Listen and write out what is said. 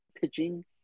pitching